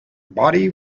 body